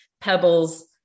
Pebbles